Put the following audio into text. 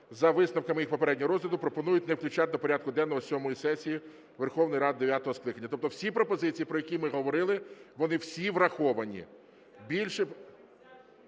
за висновками їх попереднього розгляду пропонують не включати до порядку денного сьомої сесії Верховної Ради дев'ятого скликання. Тобто всі пропозиції, про які ми говорили, вони всі враховані.